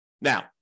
Now